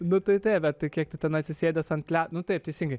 nu tai taip bet kiek tu ten atsisėdęs ant le nu taip teisingai